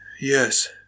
Yes